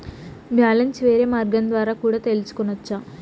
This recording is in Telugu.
బ్యాలెన్స్ వేరే మార్గం ద్వారా కూడా తెలుసుకొనొచ్చా?